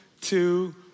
two